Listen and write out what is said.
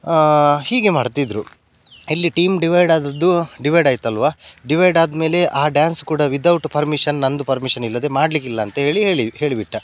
ಹೀಗೆ ಮಾಡ್ತಿದ್ದರು ಇಲ್ಲಿ ಟೀಮ್ ಡಿವೈಡ್ ಆದದ್ದು ಡಿವೈಡ್ ಆಯಿತಲ್ವ ಡಿವೈಡ್ ಆದ ಮೇಲೆ ಆ ಡ್ಯಾನ್ಸ್ ಕೂಡ ವಿದೌಟ್ ಪರ್ಮಿಷನ್ ನನ್ನದು ಪರ್ಮಿಷನ್ ಇಲ್ಲದೆ ಮಾಡಲಿಕ್ಕಿಲ್ಲ ಅಂತೇಳಿ ಹೇಳಿ ಹೇಳಿ ಬಿಟ್ಟ